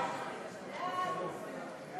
חוק הצעת חוק